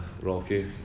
Rocky